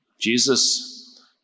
Jesus